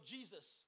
Jesus